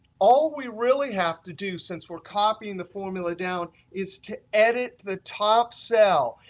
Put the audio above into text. all we really have to do, since we're copying the formula down, is to edit the top cell.